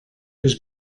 was